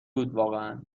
بودواقعا